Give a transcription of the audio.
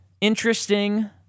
interesting